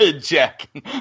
Jack